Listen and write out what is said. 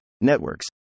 networks